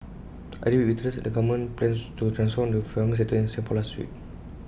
I read with interest the government plans to transform the farming sector in Singapore last week